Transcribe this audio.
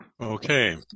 okay